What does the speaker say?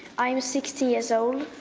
i am sixteen years old.